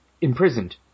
imprisoned